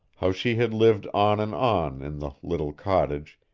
how she had lived on and on in the little cottage,